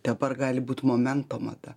dabar gali būt momento mada